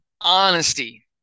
Honesty